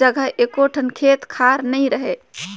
जघा एको ठन खेत खार नइ रहय